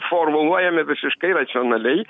formuluojami visiškai racionaliai